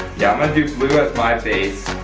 yeah i'm gonna do blue as my base,